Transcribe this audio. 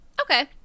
Okay